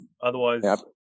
Otherwise